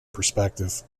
perspective